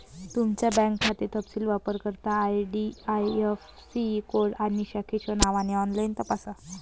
तुमचा बँक खाते तपशील वापरकर्ता आई.डी.आई.ऍफ़.सी कोड आणि शाखेच्या नावाने ऑनलाइन तपासा